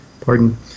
pardon